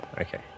Okay